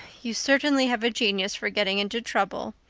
you certainly have a genius for getting into trouble.